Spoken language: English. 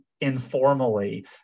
informally